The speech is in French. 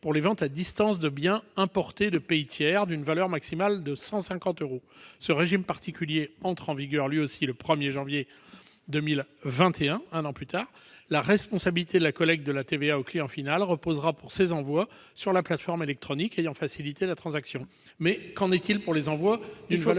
pour les ventes à distance de biens importés de pays tiers d'une valeur maximale de 150 euros. Ce régime entre en vigueur le 1 janvier 2021, un an plus tard. La responsabilité de la collecte de la TVA auprès du client final reposera pour ces envois sur la plateforme électronique ayant facilité la transaction. Mais qu'en est-il pour les envois d'une valeur supérieure à